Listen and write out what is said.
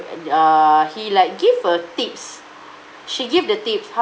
and uh he like give her tips she give the tips how